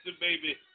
baby